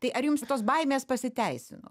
tai ar jums tos baimės pasiteisino